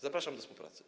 Zapraszam do współpracy.